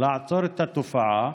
לעצור את התופעה?